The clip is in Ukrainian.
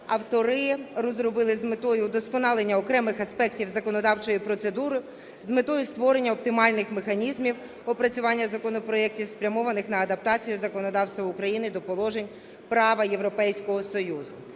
автори розробили з метою вдосконалення окремих аспектів законодавчої процедури з метою створення оптимальних механізмів опрацювання законопроектів, спрямованих на адаптацію законодавства України до положень права Європейського Союзу.